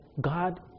God